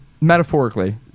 Metaphorically